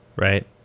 Right